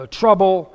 trouble